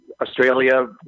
Australia